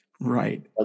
Right